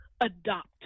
adopt